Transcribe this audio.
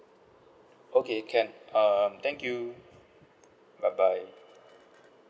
okay can um thank you bye bye